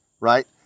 right